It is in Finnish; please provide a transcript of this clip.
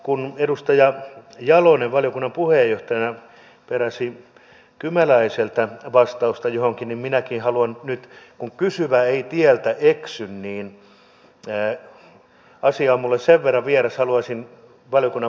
kun edustaja jalonen valiokunnan puheenjohtajana peräsi kymäläiseltä vastausta johonkin niin minäkin haluaisin nyt kysyä kun kysyvä ei tieltä eksy ja asia on minulle sen verran vieras valiokunnan puheenjohtajalta